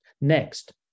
Next